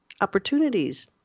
opportunities